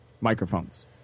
microphones